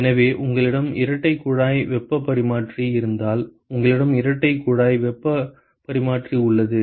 எனவே உங்களிடம் இரட்டை குழாய் வெப்பப் பரிமாற்றி இருந்தால் உங்களிடம் இரட்டை குழாய் வெப்பப் பரிமாற்றி உள்ளது